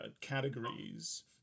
categories